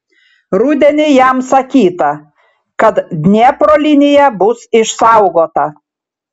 rudenį jam sakyta kad dniepro linija bus išsaugota